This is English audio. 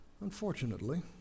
Unfortunately